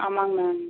ஆமாங்க மேம்